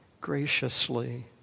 graciously